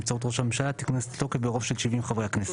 נבצרות ראש הממשלה תיכנס לתוקף ברוב של 70 חברי הכנסת'.